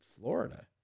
Florida